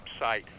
website